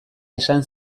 esan